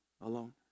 alone